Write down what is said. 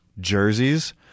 jerseys